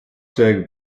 déag